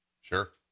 Sure